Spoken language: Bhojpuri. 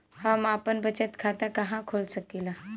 हम आपन बचत खाता कहा खोल सकीला?